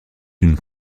d’une